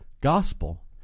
gospel